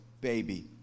baby